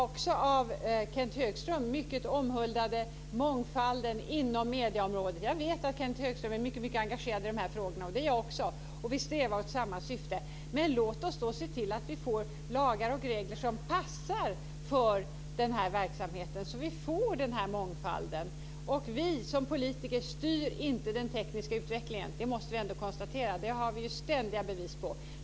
Också Kenth Högström omhuldar mycket mångfalden inom medieområdet. Jag vet att Kenth Högström är mycket engagerad i de här frågorna, och det är jag också, och vi strävar för samma syfte. Men låt oss då se till att få lagar och regler som passar för den här verksamheten, så att vi får en mångfald. Vi måste ändock konstatera att vi politiker inte styr den tekniska utvecklingen. Det får vi ständiga bevis för.